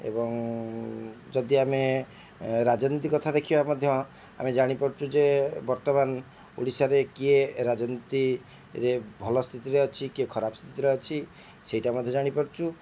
ଏବଂ ଯଦି ଆମେ ରାଜନୀତି କଥା ଦେଖିବା ମଧ୍ୟ ଆମେ ଜାଣିପାରୁଛୁ ଯେ ବର୍ତ୍ତମାନ ଓଡ଼ିଶାରେ କିଏ ରାଜନୀତିରେ ଭଲ ସ୍ଥିତିରେ ଅଛି କିଏ ଖରାପ ସ୍ଥିତିରେ ଅଛି ସେଇଟା ମଧ୍ୟ ଜାଣିପାରୁଛୁ